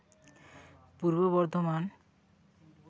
Purba Bardhaman